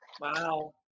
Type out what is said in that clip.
wow